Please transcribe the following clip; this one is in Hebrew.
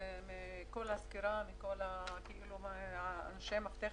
מכל הסקירה ששמענו מאנשי המפתח,